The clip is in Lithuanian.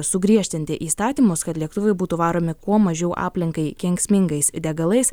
sugriežtinti įstatymus kad lėktuvai būtų varomi kuo mažiau aplinkai kenksmingais degalais